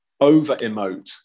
over-emote